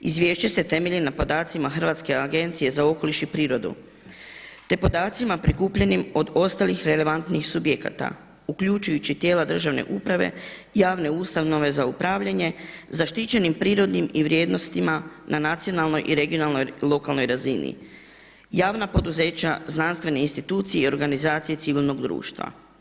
Izvješće se temelji na podacima Hrvatske agencije za okoliš i prirodu te podacima prikupljenim od ostalih relevantnih subjekata uključujući tijela državne uprave, javne ustanove za upravljanje, zaštićenim prirodnim i vrijednostima na nacionalnoj i regionalnoj, lokalnoj razini, javna poduzeća, znanstvene institucije i organizacije civilnog društva.